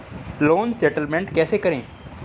Loan settlement कैसे करें?